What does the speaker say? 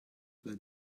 let